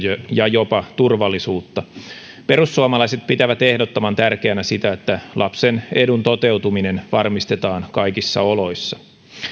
ja jopa turvallisuutta perussuomalaiset pitävät ehdottoman tärkeänä sitä että lapsen edun toteutuminen varmistetaan kaikissa oloissa